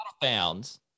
bounds